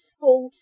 full